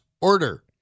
order